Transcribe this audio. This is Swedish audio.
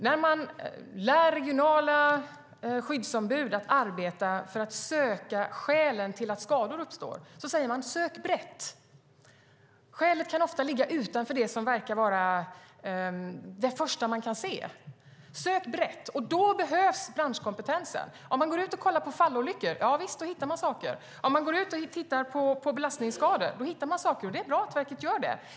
När man lär regionala skyddsombud att arbeta för att söka skälen till att skador uppstår säger man: Sök brett - skälet kan ofta ligga utanför det första man ser. Sök brett. Då behövs branschkompetensen. Går man ut och kollar på fallolyckor hittar man saker - visst. Går man ut och tittar på belastningsskador hittar man saker, och det är bra att verket gör det.